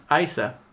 Isa